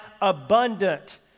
abundant